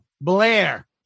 Blair